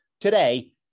Today